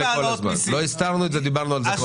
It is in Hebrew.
לא הסתרנו את זה, דיברנו על זה כל הזמן.